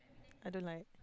I don't like